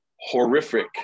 horrific